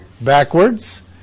Backwards